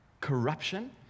corruption